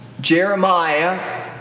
Jeremiah